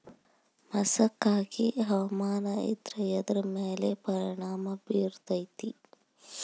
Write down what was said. ಮಸಕಾಗಿ ಹವಾಮಾನ ಇದ್ರ ಎದ್ರ ಮೇಲೆ ಪರಿಣಾಮ ಬಿರತೇತಿ?